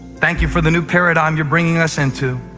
thank you for the new paradigm you're bringing us into.